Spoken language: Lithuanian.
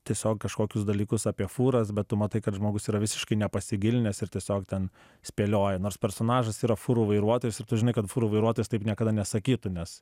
tiesiog kažkokius dalykus apie fūras bet tu matai kad žmogus yra visiškai nepasigilinęs ir tiesiog ten spėlioja nors personažas yra fūrų vairuotojas ir tu žinai kad fūrų vairuotojas taip niekada nesakytų nes